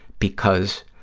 because